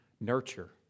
nurture